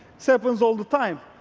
so happens all the time.